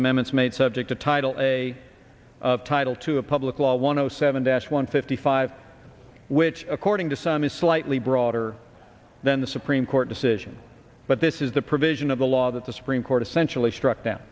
amendments made subject to title a up title to a public law one zero seven dash one fifty five which according to some is slightly broader than the supreme court decision but this is the provision of the law that the supreme court essentially struck